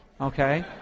okay